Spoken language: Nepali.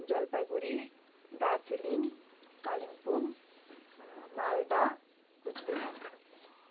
जलपाइगुडी दार्जिलिङ कालिम्पोङ माल्दा कुचबिहार